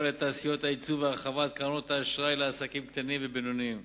לתעשיות היצוא והרחבת קרנות האשראי לעסקים קטנים ובינוניים.